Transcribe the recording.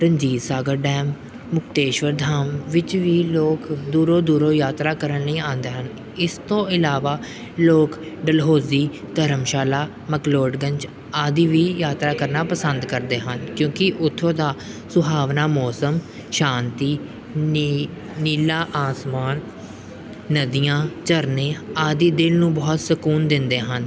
Ranjit Sagar dam Mukteshwar Dham ਵਿੱਚ ਵੀ ਲੋਕ ਦੂਰੋਂ ਦੂਰੋਂ ਯਾਤਰਾ ਕਰਨ ਲਈ ਆਉਂਦੇ ਹਨ ਇਸ ਤੋਂ ਇਲਾਵਾ ਲੋਕ ਡਲਹੋਜ਼ੀ ਧਰਮਸ਼ਾਲਾ ਮਕਲੋਡਗੰਜ ਆਦਿ ਵੀ ਯਾਤਰਾ ਕਰਨਾ ਪਸੰਦ ਕਰਦੇ ਹਨ ਕਿਉਂਕਿ ਉੱਥੋਂ ਦਾ ਸੁਹਾਵਣਾ ਮੌਸਮ ਸ਼ਾਂਤੀ ਨੀ ਨੀਲਾ ਆਸਮਾਨ ਨਦੀਆਂ ਝਰਨੇ ਆਦਿ ਦਿਲ ਨੂੰ ਬਹੁਤ ਸਕੂਨ ਦਿੰਦੇ ਹਨ